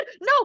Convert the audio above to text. no